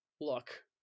look